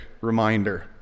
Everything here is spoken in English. reminder